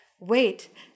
wait